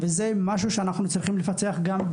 וזה גם נושא שאנחנו צריכים לחשוב איך לפצח אותו,